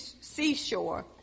seashore